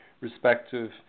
respective